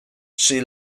she